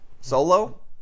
solo